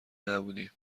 نبودیم